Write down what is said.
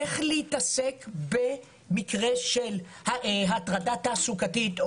איך להתעסק במקרה של הטרדה תעסוקתית,